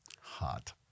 Hot